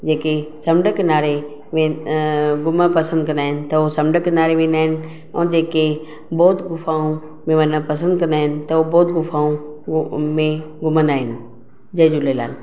जेके समुंडु किनारे में घुमण पसंदि कंदा आहिनि त हू समुंडु किनारे वेंदा आहिनि ऐं जेके बौध गुफाऊं में वञण पसंदि कंदा आहिनि त हू बौध गुफाऊं में घुमंदा आहिनि जय झूलेलाल